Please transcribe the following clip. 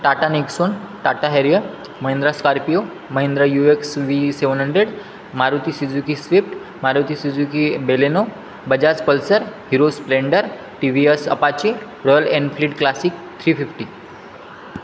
Tata Nexon Tata Harrier Mahindra Scorpio Mahindra U X V seven hundred Maruti Suzuki Swift Maruti Suzuki Baleno Bajaj Pulsar Hero Splendor T V S Apache Royal Enfield Classic three fifty